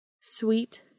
Sweet